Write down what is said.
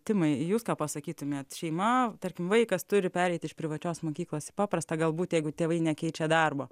timai jūs ką pasakytumėt šeima tarkim vaikas turi pereiti iš privačios mokyklos į paprastą galbūt jeigu tėvai nekeičia darbo